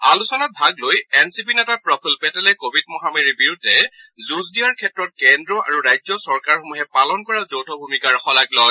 আলোচনাত ভাগ লৈ এন চি পি নেতা প্ৰফুল পেটেলে কোৱিড মহামাৰীৰ বিৰুদ্ধে যুঁজ দিয়াৰ ক্ষেত্ৰত কেন্দ্ৰ আৰু ৰাজ্যচৰকাৰসমূহে পালন কৰা যৌথ ভূমিকাৰ শলাগ লয়